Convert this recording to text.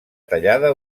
tallada